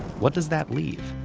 what does that leave?